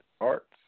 Arts